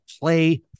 play